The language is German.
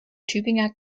tübinger